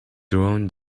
drawn